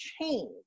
change